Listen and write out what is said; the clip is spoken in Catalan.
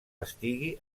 estigui